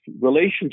relationship